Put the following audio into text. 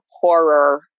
horror